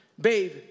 babe